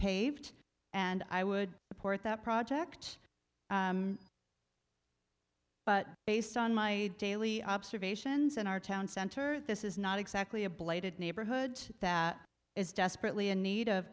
repaved and i would support that project but based on my daily observations in our town center this is not exactly a blighted neighborhood that is desperately in need of